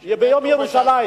נכון.